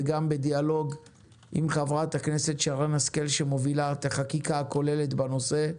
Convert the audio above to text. וגם בדיאלוג עם חברת הכנסת שרן השכל שמובילה את החקיקה הכוללת בנושא.